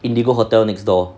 indigo hotel next door